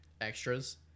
extras